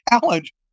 challenge